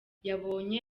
yabonye